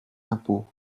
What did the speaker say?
impôts